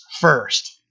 first